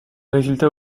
résultats